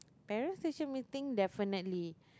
parent station meeting definitely